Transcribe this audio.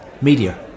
Media